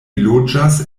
loĝas